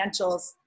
financials